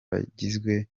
bagizwe